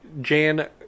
Jan